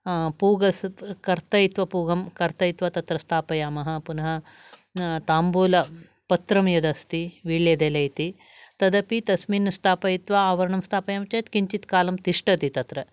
पुगस् कर्तयित्वा इति पुगम् कर्तयित्वा तत्र स्थापयामः पुनः ताम्बुलपत्रं यद् अस्ति विल्लेदेले इति तदपि तस्मिन् स्थापयित्वा आवरणं स्थापयामश्चेत् किञ्चित् कालं तिष्ठति तत्